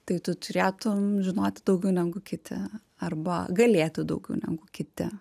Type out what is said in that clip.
tai tu turėtum žinoti daugiau negu kiti arba galėti daugiau negu kiti